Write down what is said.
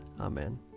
Amen